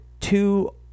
two